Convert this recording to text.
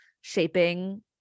shaping